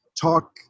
talk